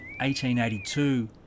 1882